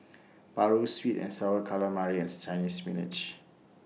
Paru Sweet and Sour Calamari and Chinese Spinach